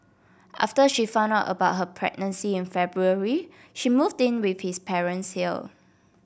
after she found out about her pregnancy in February she moved in with his parents here